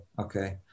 Okay